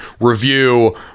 review